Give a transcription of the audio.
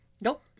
Nope